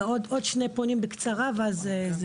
תודה.